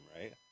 right